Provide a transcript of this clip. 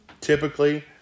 Typically